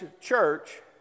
church